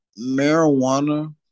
marijuana